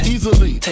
Easily